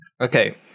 Okay